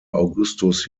augustus